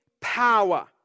power